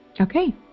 Okay